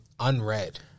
Unread